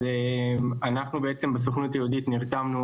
אז אנחנו בעצם בסוכנות היהודית נרתמנו